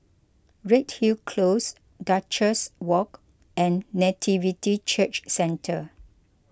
Redhill Close Duchess Walk and Nativity Church Centre